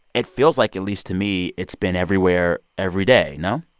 it feels like, at least to me, it's been everywhere every day, no?